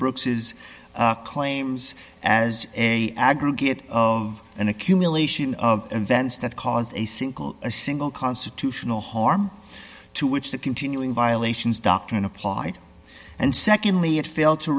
brooks is claims as a aggregate of an accumulation of events that cause a single a single constitutional harm to which the continuing violations doctrine applied and secondly it failed to